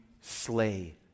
slay